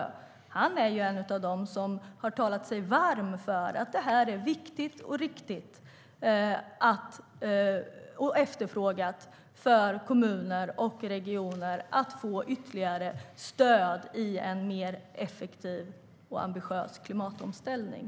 Han är en av dem som har talat sig varm för att det är viktigt, riktigt och efterfrågat från kommuner och regioner att få ytterligare stöd i en mer effektiv och ambitiös klimatomställning.